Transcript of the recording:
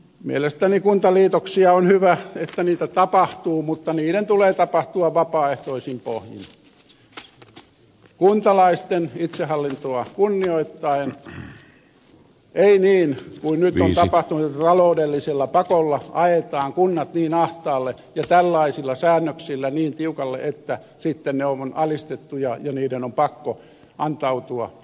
mielestäni on hyvä että kuntaliitoksia tapahtuu mutta niiden tulee tapahtua vapaaehtoisin pohjin kuntalaisten itsehallintoa kunnioittaen ei niin kuin nyt on tapahtunut että ta loudellisella pakolla ajetaan kunnat niin ahtaalle ja tällaisilla säännöksillä niin tiukalle että sitten ne ovat alistettuja ja niiden on pakko antautua